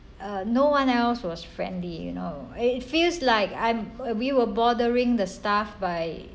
uh no one else was friendly you know it feels like I'm uh we were bothering the staff by